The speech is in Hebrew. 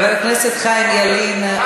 חבר הכנסת חיים ילין,